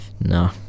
No